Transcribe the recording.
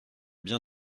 bien